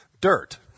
dirt